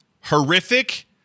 horrific